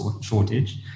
shortage